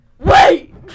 wait